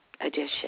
addition